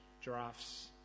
giraffes